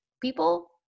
people